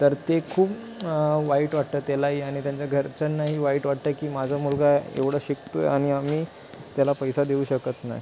तर ते खूप वाईट वाटतं त्यालाही आणि त्यांच्या घरच्यांनाही वाईट वाटतं की माझा मुलगा एवढं शिकतो आहे आणि आम्ही त्याला पैसा देऊ शकत नाही